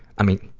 i mean,